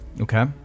Okay